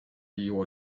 your